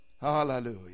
Hallelujah